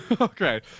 Okay